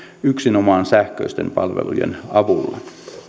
yksinomaan sähköisten palvelujen avulla